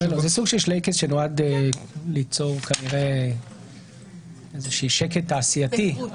זה סוג של שלייקעס שנועד כנראה ליצור שקט תעשייתי,